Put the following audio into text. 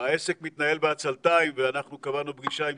העסק מתנהל בעצלתיים ואנחנו קבענו פגישה עם